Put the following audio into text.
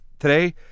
Today